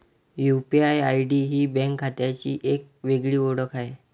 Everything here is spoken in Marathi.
यू.पी.आय.आय.डी ही बँक खात्याची एक वेगळी ओळख आहे